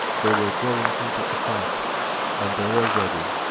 they were going into a fight and they were ready.